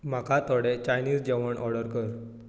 म्हाका थोडें चायनीज जेवण ऑर्डर कर